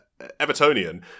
Evertonian